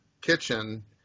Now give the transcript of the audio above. kitchen